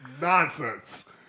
Nonsense